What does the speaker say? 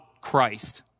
Christ